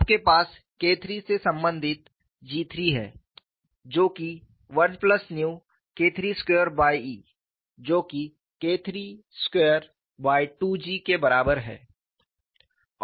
आपके पास K III से संबंधित G III है जो कि 1KIII2E जो कि KIII22G के बराबर है